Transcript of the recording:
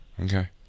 Okay